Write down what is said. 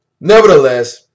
Nevertheless